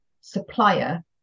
supplier